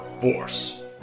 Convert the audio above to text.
force